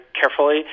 carefully